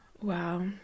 wow